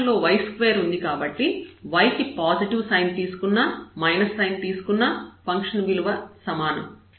ఇక్కడ ఫంక్షన్ లో y2 ఉంది కాబట్టి y కి పాజిటివ్ సైన్ తీసుకున్నా మైనస్ సైన్ తీసుకున్నా ఫంక్షన్ విలువ సమానం